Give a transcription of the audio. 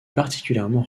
particulièrement